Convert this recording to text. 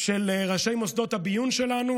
של ראשי מוסדות הביון שלנו,